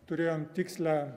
turėjom tikslią